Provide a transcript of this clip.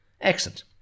excellent